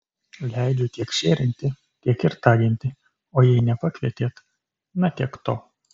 leidžiu tiek šėrinti tiek ir taginti o jei nepakvietėt na tiek to